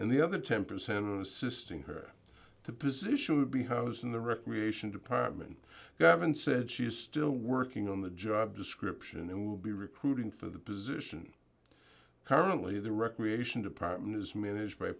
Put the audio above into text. and the other ten percent of assisting her to position would be housed in the recreation department haven't said she is still working on the job description and will be recruiting for the position currently the recreation department is managed by